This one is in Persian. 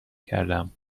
کردم